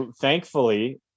thankfully